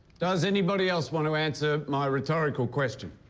does anybody else want to answer my rhetorical question?